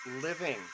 living